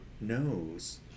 knows